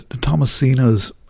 Thomasina's